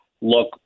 look